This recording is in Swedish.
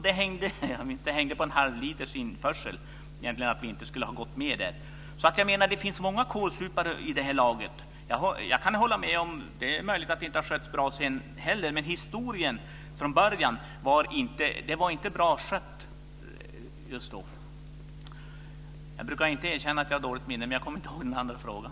Det hängde på införsel av en halv liter. Det fanns alltså många kålsupare med i laget. Jag kan hålla med om att det inte sköttes bra också senare. Men den ursprungliga historien är att det inte var bra skött. Jag brukar inte erkänna att jag har dåligt minne, men jag kommer inte ihåg den andra frågan.